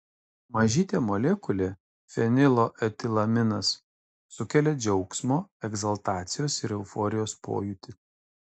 mažytė molekulė fenilo etilaminas sukelia džiaugsmo egzaltacijos ir euforijos pojūtį